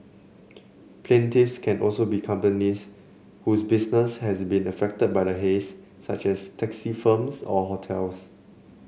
plaintiffs can also be companies whose business has been affected by the haze such as taxi firms or hotels